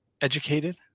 educated